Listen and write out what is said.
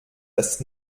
das